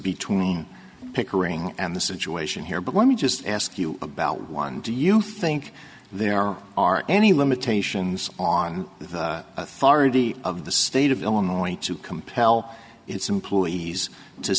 between pickering and the situation here but let me just ask you about one do you think there are aren't any limitations on the authority of the state of illinois to compel its employees to